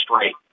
rate